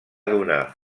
donar